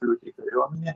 pakliūt į kariuomenę